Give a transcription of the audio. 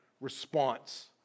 response